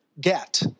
get